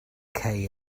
cei